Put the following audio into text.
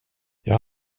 jag